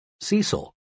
Cecil